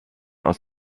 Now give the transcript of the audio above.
aus